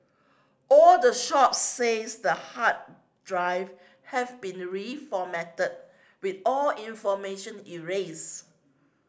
all the shops says the hard drive had been reformatted with all information erase